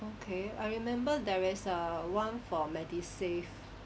okay I remember there is err one for medisave